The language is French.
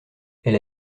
elle